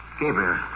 Gabriel